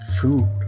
Food